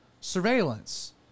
surveillance